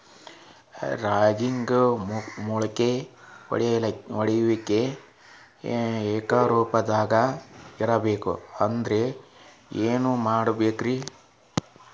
ರಾಗ್ಯಾಗ ಮೊಳಕೆ ಒಡೆಯುವಿಕೆ ಏಕರೂಪದಾಗ ಇರಬೇಕ ಅಂದ್ರ ಏನು ಮಾಡಬೇಕ್ರಿ?